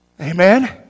Amen